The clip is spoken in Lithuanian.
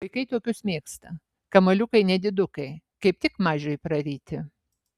vaikai tokius mėgsta kamuoliukai nedidukai kaip tik mažiui praryti